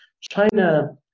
China